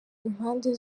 impande